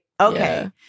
okay